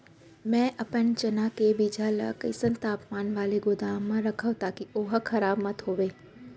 मैं अपन चना के बीजहा ल कइसन तापमान वाले गोदाम म रखव ताकि ओहा खराब मत होवय?